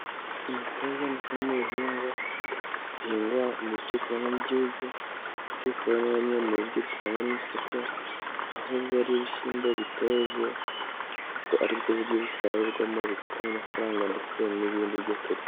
Imiteja ni kimwe mu bihingwa bihingwa mu bice by'igihugu, ndetse bikabaari bimwe mu byo usanga mu isoko, aho biba ari ibishyimbo biteze, kuko aribwo buryo bisarurwamo bigatanga amafaranga ndetse n'ibindi byo kurya.